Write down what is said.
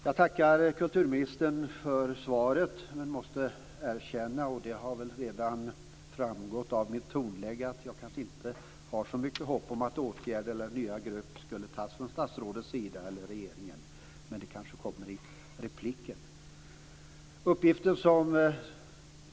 Jag tackar kulturministern för svaret men måste erkänna, vilket väl redan har framgått av mitt tonläge, att jag inte har så mycket hopp om att några nya grepp kommer att tas av statsrådet eller regeringen - men det kanske kommer i repliken.